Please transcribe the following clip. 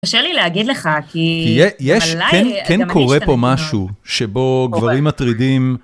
תרשה לי להגיד לך, כי אולי גם יש כאן קורה פה משהו, שבו גברים מטרידים...